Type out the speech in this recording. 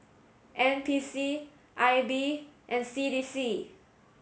N P C I B and C D C